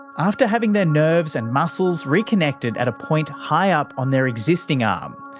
after having their nerves and muscles reconnected at a point high up on their existing um